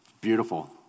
Beautiful